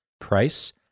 price